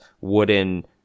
wooden